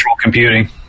computing